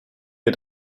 wir